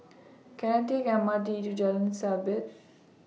Can I Take M R T to Jalan Sabit